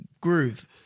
Groove